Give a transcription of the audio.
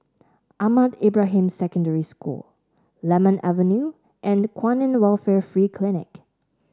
Ahmad Ibrahim Secondary School Lemon Avenue and Kwan In Welfare Free Clinic